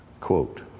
Quote